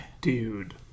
Dude